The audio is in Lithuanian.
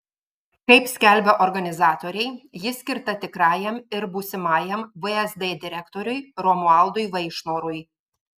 kaip skelbia organizatoriai ji skirta tikrajam ir būsimajam vsd direktoriui romualdui vaišnorui